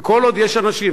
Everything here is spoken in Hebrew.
וכל עוד יש אנשים,